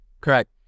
Correct